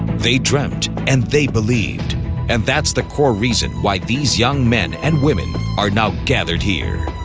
they dreamt and they believed and that's the core reason why these young men and women are now gathered here